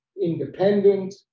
independent